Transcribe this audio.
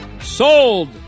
sold